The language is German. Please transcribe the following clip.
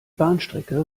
bahnstrecke